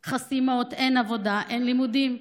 חסימות, אין עבודה, אין לימודים.